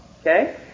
Okay